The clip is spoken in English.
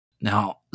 Now